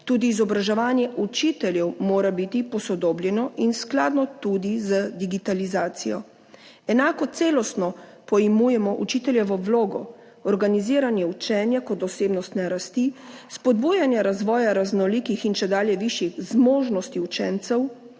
Tudi izobraževanje učiteljev mora biti posodobljeno in skladno tudi z digitalizacijo. Enako celostno pojmujemo učiteljevo vlogo organiziranje učenja kot osebnostne rasti, spodbujanje razvoja raznolikih in čedalje višjih zmožnosti učencev,